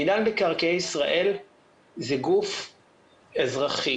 מינהל מקרקעי ישראל זה גוף אזרחי,